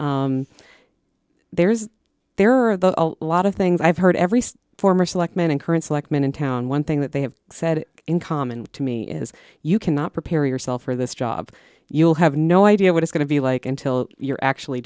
and there is there are a lot of things i've heard every former selectman and current selectman in town one thing that they have said in common to me is you cannot prepare yourself for this job you'll have no idea what is going to be like until you're actually